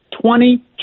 twenty